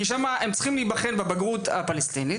הם נבחנים בבחינת הבגרות של תוכנית הלימוד הפלסטינית,